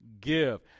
give